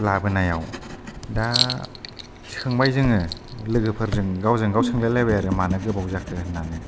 लाबोनायाव दा सोंबाय जोङो लोगोफोरजों गावजों गाव सोंलाय लायबाय आरो मानो गोबाव जाखो होननानै